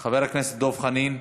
חבר הכנסת דב חנין.